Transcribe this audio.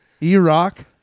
E-Rock